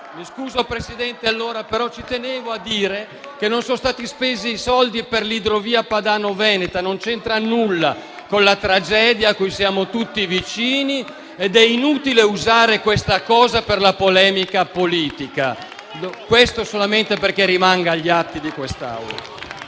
signor Presidente, ma ci tenevo a dire che sostenere che non sono stati spesi i soldi per l'idrovia padano-veneta non c'entra nulla con la tragedia alla quale siamo tutti vicini ed è inutile usare questa cosa per la polemica politica. Dico questo solamente perché rimanga gli atti di quest'Assemblea.